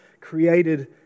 created